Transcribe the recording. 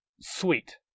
Sweet